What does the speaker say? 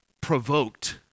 provoked